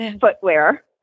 footwear